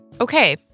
Okay